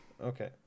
Okay